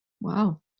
wow